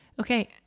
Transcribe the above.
Okay